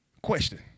Question